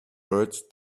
words